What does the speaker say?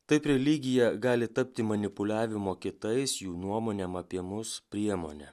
taip religija gali tapti manipuliavimo kitais jų nuomonėm apie mus priemone